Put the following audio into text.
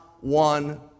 one